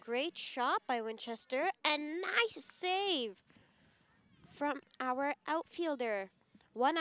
great shot by winchester and to save from our outfielder one